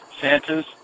Santa's